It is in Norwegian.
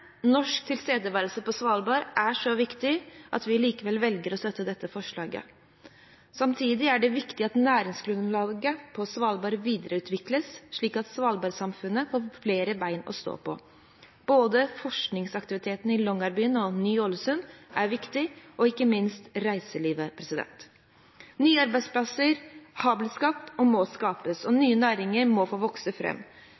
norsk tilstedeværelse på Svalbard er så viktig at vi likevel velger å støtte dette forslaget. Samtidig er det viktig at næringsgrunnlaget på Svalbard videreutvikles slik at Svalbard-samfunnet får flere bein å stå på. Både forskningsaktiviteten i Longyearbyen og Ny Ålesund og ikke minst reiselivet er viktig. Nye arbeidsplasser har blitt skapt og må skapes, og